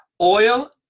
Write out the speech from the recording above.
oil